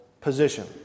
position